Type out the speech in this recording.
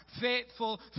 Faithful